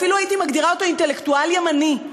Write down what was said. אפילו הייתי מגדירה אותו אינטלקטואל ימני,